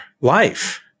life